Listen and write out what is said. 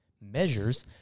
measures